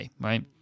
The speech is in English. right